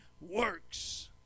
works